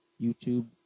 YouTube